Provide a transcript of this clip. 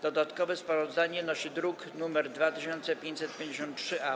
Dodatkowe sprawozdanie komisji to druk nr 2553-A.